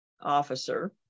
officer